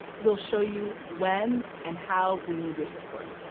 we'll show you when and how we need your support.